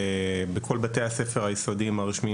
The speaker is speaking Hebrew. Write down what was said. בכל בתי הספר היסודיים הרשמיים,